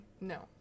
no